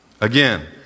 Again